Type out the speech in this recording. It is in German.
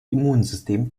immunsystem